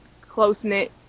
close-knit